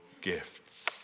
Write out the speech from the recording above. gifts